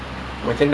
flex ah